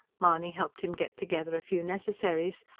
mahony helped him get together a few necessaries,